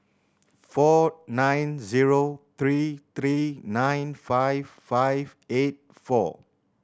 four nine zero three three nine five five eight four